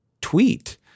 tweet